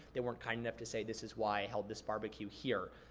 they weren't kind enough to say, this is why i held this barbecue here.